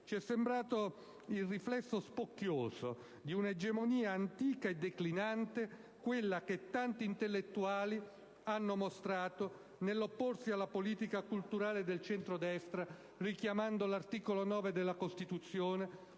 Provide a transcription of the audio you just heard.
ci è sembrato il riflesso spocchioso di un'egemonia antica e declinante quello che tanti intellettuali hanno mostrato nell'opporsi alla politica culturale del centro-destra richiamando l'articolo 9 della Costituzione,